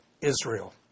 Israel